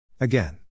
Again